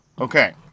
Okay